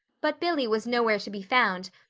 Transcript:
but billy was nowhere to be found,